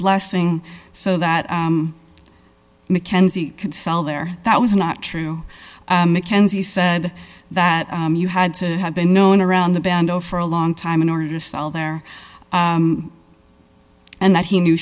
blessing so that mackenzie could sell there that was not true mckenzie said that you had to have been known around the bend over a long time in order to sell there and that he knew